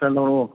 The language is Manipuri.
ꯈꯔ ꯂꯧꯔꯛꯑꯣ